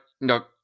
no